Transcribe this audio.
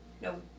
No